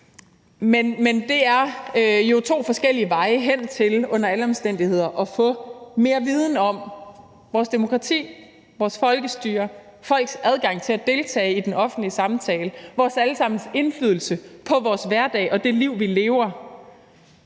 Men det er jo to forskellige veje hen til under alle omstændigheder at få mere viden om vores demokrati, vores folkestyre, folks adgang til at deltage i den offentlige samtale, vores alle sammens indflydelse på vores hverdag og det liv, vi lever.